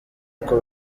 uko